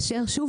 שוב,